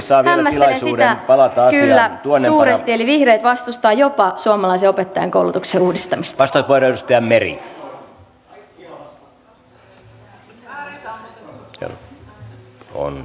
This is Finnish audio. hämmästelen sitä kyllä suuresti eli vihreät vastustavat jopa suomalaisen opettajankoulutuksen uudistamista